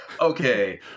okay